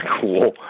cool